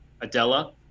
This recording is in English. Adela